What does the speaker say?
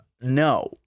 No